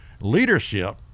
Leadership